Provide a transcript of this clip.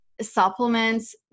supplements